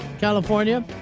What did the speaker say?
California